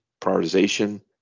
prioritization